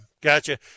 Gotcha